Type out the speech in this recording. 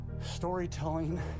Storytelling